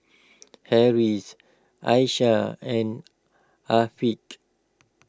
Harris Aisyah and Afiq